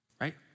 Right